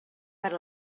per